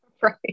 Right